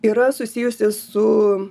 yra susijusi su